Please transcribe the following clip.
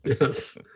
yes